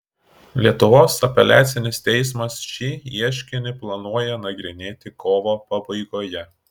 lietuvos apeliacinis teismas šį ieškinį planuoja nagrinėti kovo pabaigoje